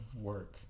work